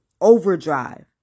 overdrive